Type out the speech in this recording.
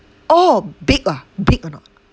orh big ah big or not